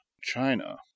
China